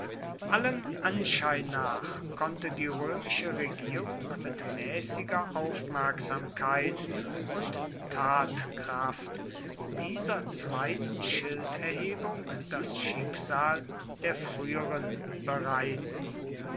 allem anschein nach konnte die römische regierung mit mäßiger aufmerksamkeit und tatkraft dieser zweiten schilderhebung das schicksal der früheren bereiten